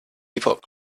epoch